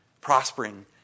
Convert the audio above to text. prospering